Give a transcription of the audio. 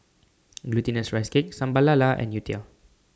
Glutinous Rice Cake Sambal Lala and Youtiao